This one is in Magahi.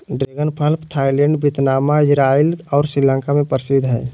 ड्रैगन फल थाईलैंड वियतनाम, इजराइल और श्रीलंका में प्रसिद्ध हइ